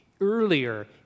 Earlier